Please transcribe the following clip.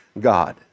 God